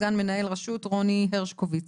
סגן מנהל רשות רוני הרשקוביץ.